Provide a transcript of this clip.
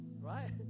Right